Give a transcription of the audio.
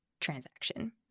transaction